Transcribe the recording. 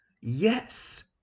Yes